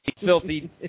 filthy